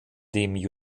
dem